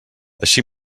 així